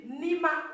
nima